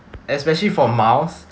especially for miles